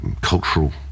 cultural